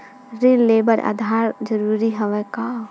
ऋण ले बर आधार जरूरी हवय का?